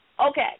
Okay